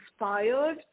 inspired